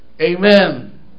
Amen